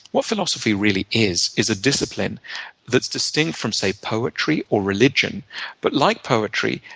what philosophy really is is a discipline that's distinct from, say, poetry or religion but like poetry,